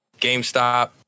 GameStop